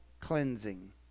cleansing